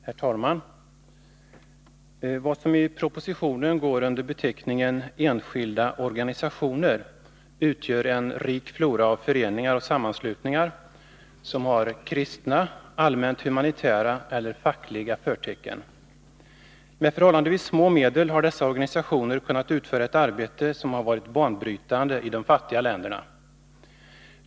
Herr talman! Vad som i propositionen går under beteckningen ”enskilda organisationer” utgör en rik flora av föreningar och sammanslutningar, som har kristna, allmänt humanitära eller fackliga förtecken. Med förhållandevis små medel har dessa organisationer kunnat utföra ett arbete, som har varit banbrytande i de fattiga länderna.